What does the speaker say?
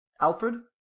Alfred